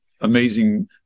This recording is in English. amazing